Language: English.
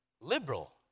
liberal